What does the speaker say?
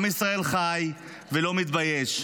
עם ישראל חי ולא מתבייש.